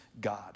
God